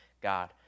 God